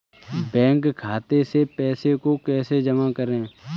Bank खाते से पैसे को कैसे जमा करें?